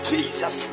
Jesus